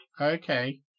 Okay